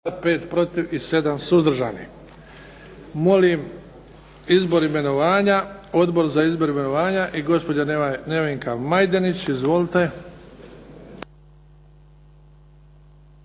**Bebić, Luka (HDZ)** Molim izbor imenovanja, Odbor za izbor imenovanja i gospođa Nevenka Majdenić. Izvolite.